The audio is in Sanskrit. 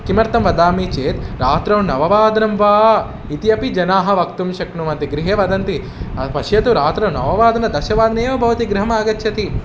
किमर्थं वदामि चेत् रात्रौ नववादनं वा इत्यपि जनाः वक्तुं शक्नुवन्ति गृहे वदन्ति पश्यतु रात्रौ नववादने दशवादने एव भवति गृहम् आगच्छति